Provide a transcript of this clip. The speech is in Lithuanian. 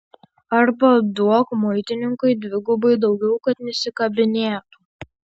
arba duok muitininkui dvigubai daugiau kad nesikabinėtų